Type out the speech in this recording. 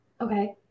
Okay